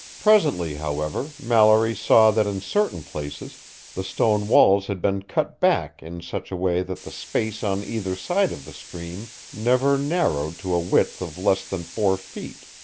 presently, however, mallory saw that in certain places the stone walls had been cut back in such a way that the space on either side of the stream never narrowed to a width of less than four feet.